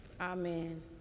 Amen